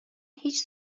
هیچ